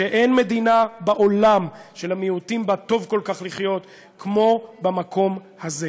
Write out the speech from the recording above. שאין מדינה בעולם שלמיעוטים בה טוב כל כך לחיות כמו במקום הזה.